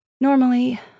Normally